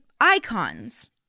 icons